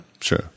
sure